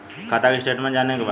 खाता के स्टेटमेंट जाने के बा?